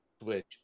Switch